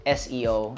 seo